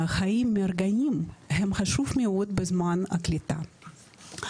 חיים רגועים חשוב מאוד בזמן הקליטה.